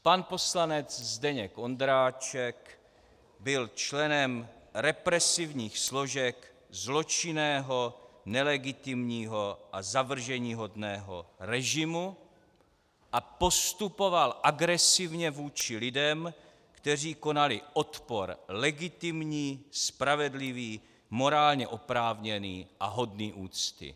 Pan poslanec Zdeněk Ondráček byl členem represivních složek zločinného, nelegitimního a zavrženíhodného režimu a postupoval agresivně vůči lidem, kteří konali odpor legitimní, spravedlivý, morálně oprávněný a hodný úcty.